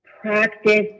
practice